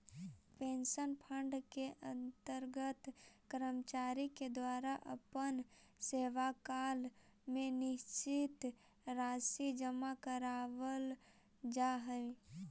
pension fund के अंतर्गत कर्मचारि के द्वारा अपन सेवाकाल में निश्चित राशि जमा करावाल जा हई